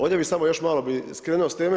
Ovdje bi, samo još malo bi skrenuo s teme.